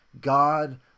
God